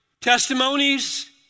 testimonies